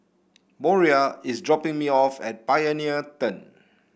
Moriah is dropping me off at Pioneer Turn